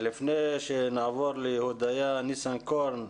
לפני שנעבור להודיה ניסנקורן,